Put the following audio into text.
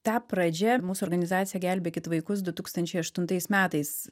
ta pradžia mūsų organizacija gelbėkit vaikus du tūkstančiai aštuntais metais